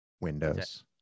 Windows